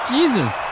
Jesus